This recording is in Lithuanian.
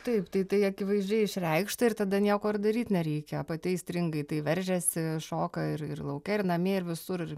taip tai tai akivaizdžiai išreikšta ir tada nieko ir daryt nereikia pati aistringai tai veržiasi šoka ir ir lauke ir namie ir visur ir